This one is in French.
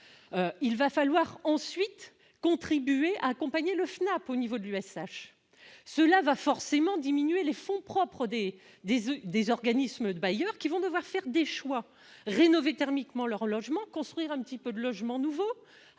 il va falloir ensuite, contribuer, accompagner le FNAP au niveau du USH cela va forcément diminuer les fonds propres des désirs des organismes bailleurs qui vont devoir faire des choix rénover thermiquement leur logement, construire un petit peu de logements nouveaux,